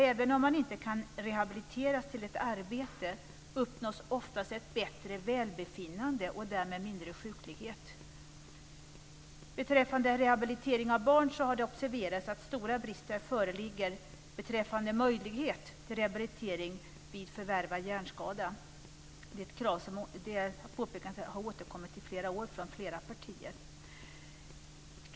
Även om man inte skulle kunna rehabiliteras till ett arbete, uppnås oftast ett bättre välbefinnande och därmed mindre sjuklighet. Beträffande rehabilitering av barn har det observerats att stora brister föreligger beträffande möjlighet till rehabilitering vid förvärvad hjärnskada. Det är ett påpekande som under flera år har återkommit från flera partier.